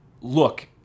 look